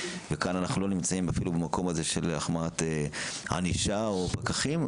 וכאן אנחנו לא נמצאים במקום הזה של החמרת ענישה או פקחים,